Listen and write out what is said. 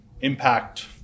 impact